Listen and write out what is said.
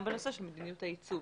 גם בנושא של מדיניות הייצוא.